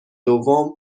دوم